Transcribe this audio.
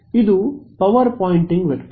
ಇದು power pointing vector